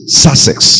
sussex